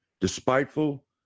despiteful